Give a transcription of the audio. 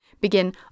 begin